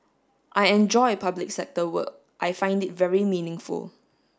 I enjoy public sector work I find it very meaningful